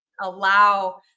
Allow